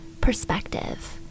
perspective